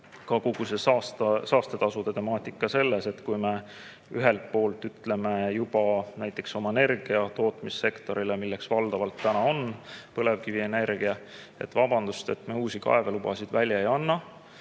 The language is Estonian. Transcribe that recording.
ka kogu saastetasude temaatika. Kui me ühelt poolt ütleme näiteks oma energiatootmissektorile – mis valdavalt on täna põlevkivienergia –, et vabandust, me uusi kaevelubasid välja ei anna,